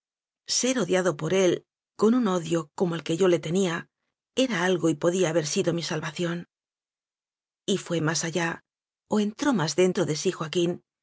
ser odiado por él con un odio como el que yo le tenía era algo y podía haber sido mi salvación y fué más allá o entró más dentro de sí joaquín